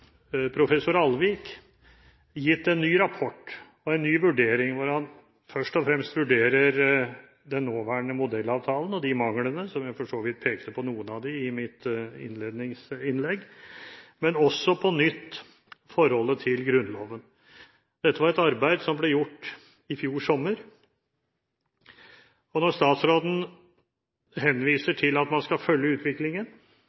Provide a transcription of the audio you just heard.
professor Alvik, i en ny rapport gitt en ny vurdering, hvor han først og fremst vurderer den nåværende modellavtalen og dens mangler – jeg pekte for så vidt på noen av dem i mitt innledningsinnlegg – men også på nytt forholdet til Grunnloven. Dette var et arbeid som ble gjort i fjor sommer. Når statsråden